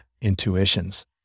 intuitions